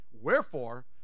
Wherefore